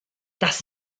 das